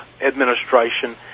administration